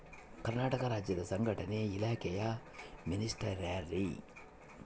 ಕರ್ನಾಟಕ ರಾಜ್ಯದ ಸಂಘಟನೆ ಇಲಾಖೆಯ ಮಿನಿಸ್ಟರ್ ಯಾರ್ರಿ?